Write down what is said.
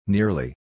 Nearly